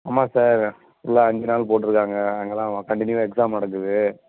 ஆமாம் சார் ஃபுல்லாக அஞ்சு நாள் போட்டுருக்காங்க அங்கே தான் கண்டினியூவா எக்ஸாம் நடக்குது